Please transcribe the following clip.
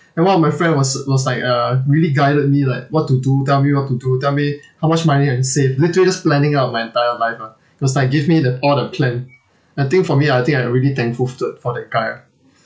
and one of my friend was was like uh really guided me like what to do tell me what to do tell me how much money I can save literally just planning out my entire life ah he was like give me the all the plan I think for me I think I already thankful toward for that guy ah